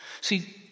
See